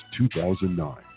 2009